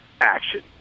action